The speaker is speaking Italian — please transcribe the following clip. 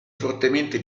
fortemente